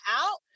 out